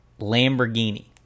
Lamborghini